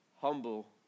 Humble